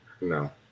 no